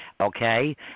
Okay